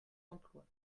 emplois